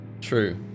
True